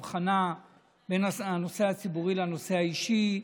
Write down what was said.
הבחנה בין הנושא הציבורי לנושא האישי: